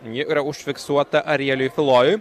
ji yra užfiksuota arieliui filojui